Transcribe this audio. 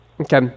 Okay